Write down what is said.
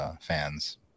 fans